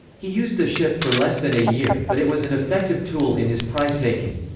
he used the ship for less than a year, but it was an effective tool in his prize-taking.